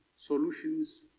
solutions